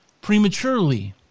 prematurely